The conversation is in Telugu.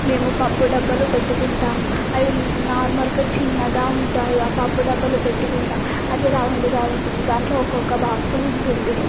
మేము పప్పు డబ్బాలు పెట్టుకుంటాం అవి నార్మల్గా చిన్నగా ఉంటాయి ఆ పప్పు డబ్బాలు పెట్టుకుంటూ అది రౌండ్గా ఉంటుంది దాంట్లో ఒక్కొక్క బాక్స్ ఉంటుంది